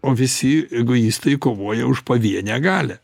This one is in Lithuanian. o visi egoistai kovoja už pavienę galią